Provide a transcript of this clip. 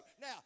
Now